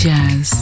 Jazz